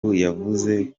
yavuze